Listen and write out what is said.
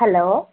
hello